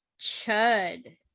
chud